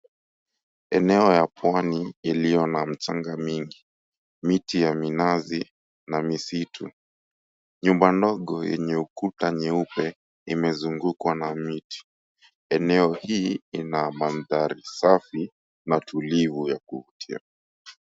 Eneo ya pwani iliyo na mchanga mingi, miti ya minazi na misitu. Nyumba ndogo yenye ukuta nyeupe imezungukwa na miti. Eneo hii ina mandhari safi na tulivu ya kuvutia.